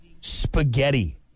spaghetti